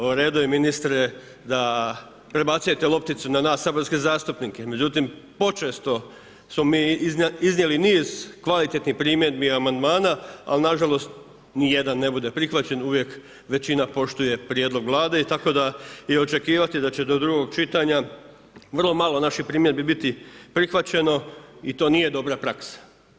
U redu je ministre, da prebacujete lopticu na nas saborske zastupnike, međutim počesto smo mi iznijeli niz kvalitetnih primjedbi i amandmana, ali nažalost nijedan ne bude prihvaćen, uvijek većina poštuje prijedlog Vlade i tako da očekivati da će do drugog čitanja vrlo malo naših primjedbi biti prihvaćeno i to nije dobra praksa.